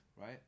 right